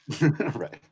Right